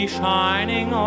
shining